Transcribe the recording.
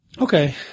Okay